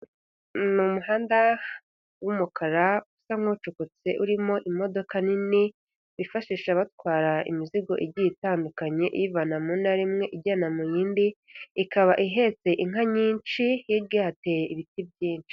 Ni umuhanda w'umukara usa nk'ucukutse urimo imodoka nini bifashisha batwara imizigo igiye itandukanye iyivana mu ntara imwe ijyana mu yindi, ikaba ihetse inka nyinshi hirya hateye ibiti byinshi.